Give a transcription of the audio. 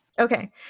Okay